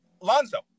Lonzo